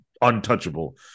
untouchable